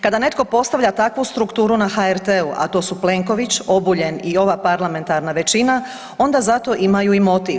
Kada netko postavlja takvu strukturu na HRT-u, a to su Plenković, Obuljen i ova parlamentarna većina onda za to imaju i motiv.